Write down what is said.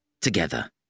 together